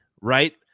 right